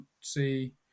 see